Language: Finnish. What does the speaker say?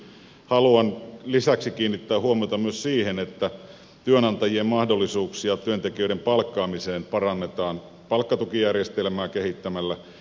haluan lisäksi kiinnittää huomiota myös siihen että työnantajien mahdollisuuksia työntekijöiden palkkaamiseen parannetaan palkkatukijärjestelmää kehittämällä